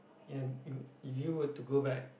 ya you if you were to go back